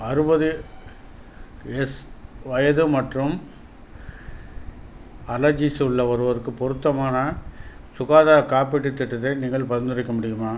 அறுபது எஸ் வயது மற்றும் அலர்ஜிஸ் உள்ள ஒருவருக்குப் பொருத்தமான சுகாதார காப்பீட்டுத் திட்டத்தை நீங்கள் பரிந்துரைக்க முடியுமா